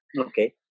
Okay